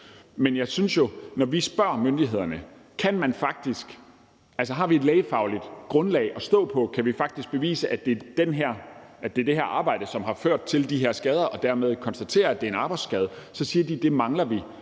Men når vi spørger myndighederne, om vi har et lægefagligt grundlag at stå på, og om vi faktisk kan bevise, at det er det her arbejde, som har ført til de her skader, og at vi dermed kan konstatere, at det er en arbejdsskade, så siger de, at det mangler vi